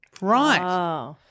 Right